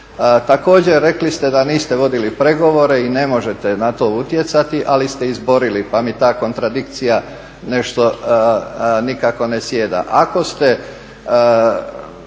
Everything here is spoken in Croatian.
Također, rekli ste da niste vodili pregovore i ne možete na to utjecati, ali ste izborili, pa mi ta kontradikcija nešto nikako ne sjeda.